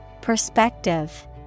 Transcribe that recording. Perspective